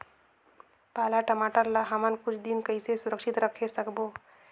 पाला टमाटर ला हमन कुछ दिन कइसे सुरक्षित रखे सकबो?